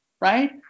right